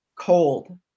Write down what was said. cold